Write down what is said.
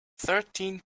thirteen